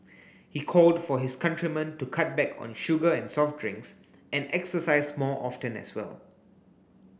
he called for his countrymen to cut back on sugar and soft drinks and exercise more often as well